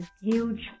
huge